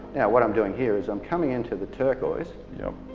what i'm doing here is i'm coming into the turquoise yep.